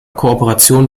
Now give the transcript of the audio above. kooperation